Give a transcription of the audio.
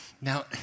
Now